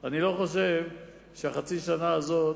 אני לא חושב שבחצי שנה הזאת